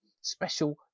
Special